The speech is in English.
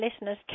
listeners